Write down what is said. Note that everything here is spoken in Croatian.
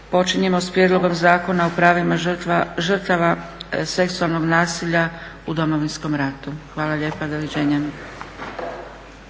počinjemo sa Prijedlogom zakona o pravima žrtava seksualnog nasilja u Domovinskom ratu. Hvala lijepa. Do viđenja.